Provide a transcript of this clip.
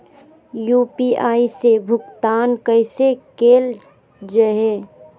UPI से भुगतान कैसे कैल जहै?